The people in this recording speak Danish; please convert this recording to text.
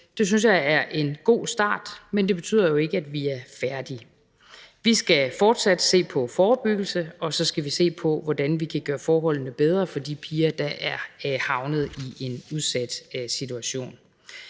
Det synes jeg er en god start, men det betyder ikke, at vi er færdige. Vi skal fortsat se på forebyggelse, og så skal vi se på, hvordan vi kan gøre forholdene bedre for de piger, der er havnet i en udsat situation.